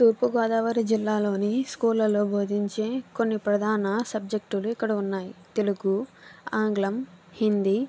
తూర్పుగోదావరి జిల్లాలోని స్కూళ్ళలో బోధించే కొన్ని ప్రధాన సబ్జెక్టులు ఇక్కడ ఉన్నాయి తెలుగు ఆంగ్లం హిందీ